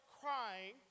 crying